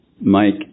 Mike